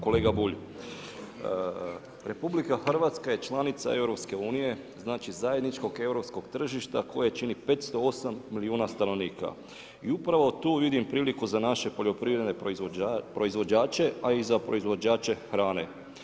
Kolega Bulj, RH je članica EU-a, znači zajedničkog europskog tržišta koje čini 508 milijuna stanovnika i upravo tu vidim priliku za naše poljoprivredne proizvođače a i za proizvođača hrane.